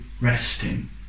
resting